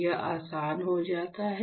यह आसान हो जाता है